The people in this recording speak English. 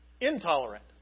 Intolerant